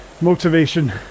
motivation